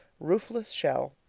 roofless shell.